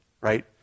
right